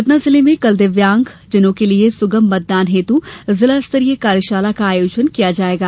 सतना जिले में कल दिव्यांगजनों के लिये सुगम मतदान हेतु जिला स्तरीय कार्यशाला का आयोजन किया जायेगा